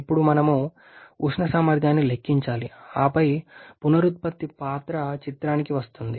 ఇప్పుడు మనం ఉష్ణ సామర్థ్యాన్ని లెక్కించాలి ఆపై పునరుత్పత్తి పాత్ర చిత్రానికి వస్తుంది